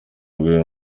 rw’uyu